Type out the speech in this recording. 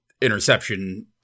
interception